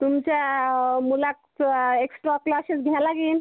तुमच्या मुलाचं extra classes घ्यावं लागीन